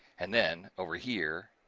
and then over here,